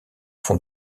font